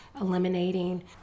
eliminating